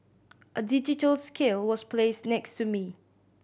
a digital scale was placed next to me